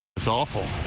it's awful.